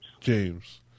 James